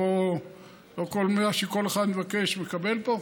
לא כל מה שכל אחד מבקש הוא מקבל פה.